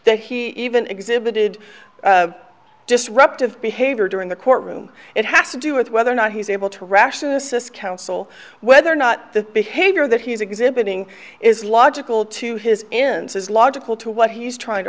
that he even exhibited disruptive behavior during the courtroom it has to do with whether or not he's able to rationalise this counsel whether or not the behavior that he's exhibiting is logical to his ends is logical to what he's trying to